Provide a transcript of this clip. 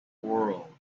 world